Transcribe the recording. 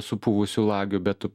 supuvusių lagių bet tu